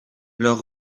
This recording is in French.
leur